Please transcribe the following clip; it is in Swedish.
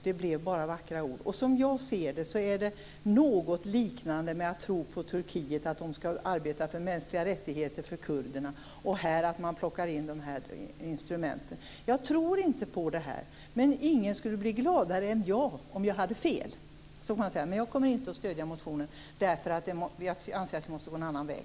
Det blev bara vackra ord. Det är som att tro på att Turkiet skall arbeta för mänskliga rättigheter för kurderna. Jag tror inte på detta. Men ingen skulle bli gladare än jag om jag hade fel. Jag kommer inte att stödja motionen därför att jag anser att vi måste ta en annan väg.